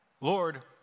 Lord